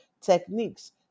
techniques